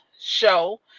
Show